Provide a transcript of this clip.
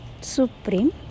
Supreme